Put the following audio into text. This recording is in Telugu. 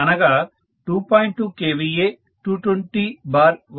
అనగా 2